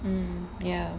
mm ya